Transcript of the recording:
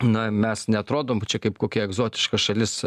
na mes neatrodom čia kaip kokia egzotiška šalis